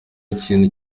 ikintu